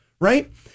Right